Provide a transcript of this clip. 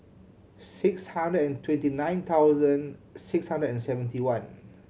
six hundred and twenty nine thousand six hundred and seventy one